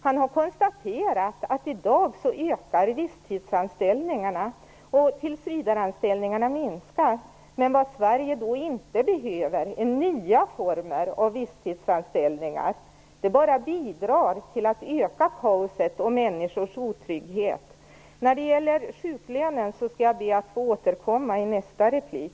Han har konstaterat att visstidsanställningarna ökar i dag och att tillsvidareanställningarna minskar. Men vad Sverige då inte behöver är nya former av visstidsanställningar. De skulle bara bidra till att öka kaoset och människors otrygghet. När det gäller sjuklönen skall jag be att få återkomma i nästa replik.